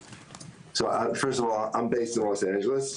קודם כל אני בלוס אנג'לס,